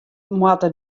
moatte